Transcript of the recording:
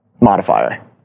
modifier